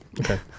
Okay